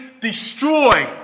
destroy